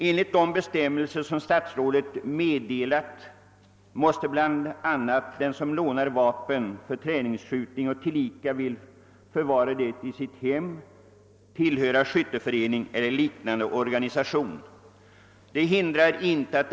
Enligt bestämmelserna måste den som har lånat vapen för träningsskjutning och vill förvara det i sitt hem tillhöra en skytteförening eller liknande organisation.